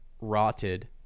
rotted